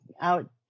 out